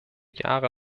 jahre